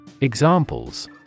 Examples